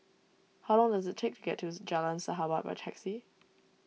how long does it take to get to Jalan Sahabat by taxi